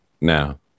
now